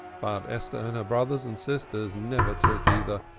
but esther and her brothers and sisters never took either,